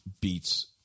beats